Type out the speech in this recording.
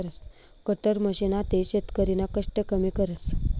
cutter machine आते शेतकरीना कष्ट कमी करस